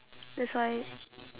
that's why